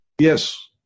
Yes